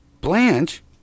Blanche